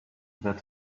that